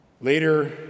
Later